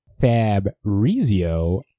Fabrizio